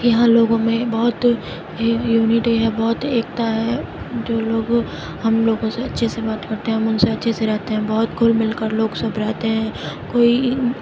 یہاں لوگوں میں بہت ہی یونیٹی ہے بہت ایکتا ہے جو لوگ ہم لوگوں سے اچھے سے بات کرتے ہیں ہم ان سے اچھے سے رہتے ہیں بہت گھل مل کر لوگ سب رہتے ہیں کوئی